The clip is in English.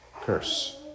curse